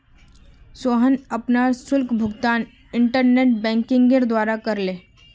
सोहन अपनार शुल्क भुगतान इंटरनेट बैंकिंगेर द्वारा करले